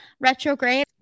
Retrograde